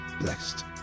blessed